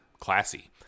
classy